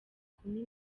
kumi